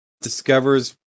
discovers